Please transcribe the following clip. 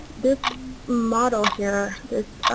this model here, this